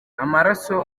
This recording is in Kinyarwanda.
amaraso